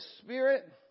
Spirit